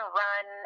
run